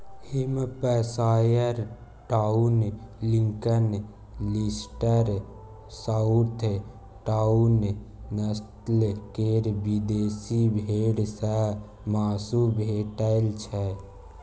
Hampshire town, Lincoln, Leicester, south town, नस्ल केर विदेशी भेंड़ सँ माँसु भेटैत छै